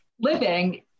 living